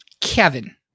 Kevin